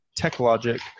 TechLogic